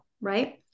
right